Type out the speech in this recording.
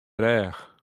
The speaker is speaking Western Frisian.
rêch